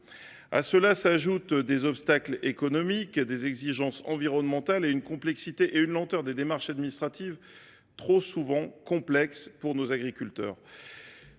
À cela s’ajoutent des obstacles économiques et des exigences environnementales, ainsi que la complexité et la lenteur des démarches administratives – en particulier pour nos agriculteurs.